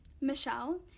Michelle